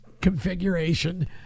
configuration